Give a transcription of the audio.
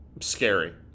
scary